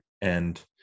and-